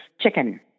Chicken